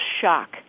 shock